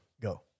Go